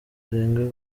arenga